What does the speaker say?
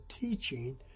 teaching